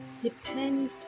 Depend